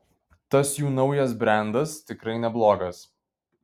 tas jų naujas brendas tikrai neblogas